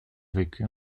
vécut